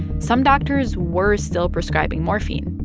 some doctors were still prescribing morphine.